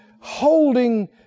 holding